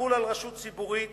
תחול על רשות ציבורית